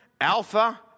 Alpha